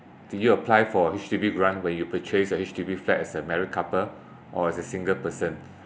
did you apply for a H_D_B grant where you purchased a H_D_B flat as a married couple or as a single person